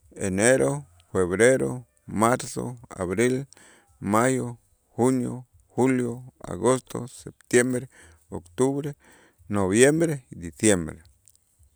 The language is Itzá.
Enero, febrero, marzo, abril, mayo, junio, julio, agosto, septiembre, octubre, noviembre y diciembre.